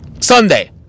Sunday